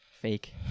fake